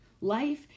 Life